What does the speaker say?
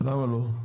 למה לא.